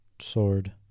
Sword